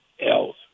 else